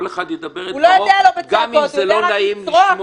כל אחד ידבר את דברו גם אם זה לא נעים לשמוע.